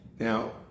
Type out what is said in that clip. Now